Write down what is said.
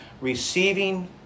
receiving